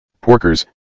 Porkers